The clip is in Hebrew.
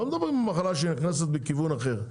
אנחנו לא מדברים על מחלה שנכנסת בכיוון אחר,